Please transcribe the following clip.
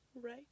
Right